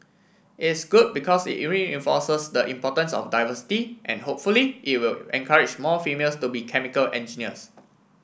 it's good because it reinforces the importance of diversity and hopefully it will encourage more females to be chemical engineers